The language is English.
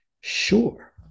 Sure